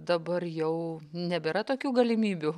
dabar jau nebėra tokių galimybių